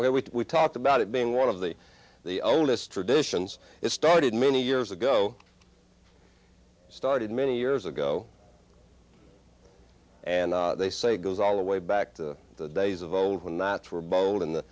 i we talked about it being one of the the oldest traditions it started many years ago started many years ago and they say goes all the way back to the days of old when that were bold and the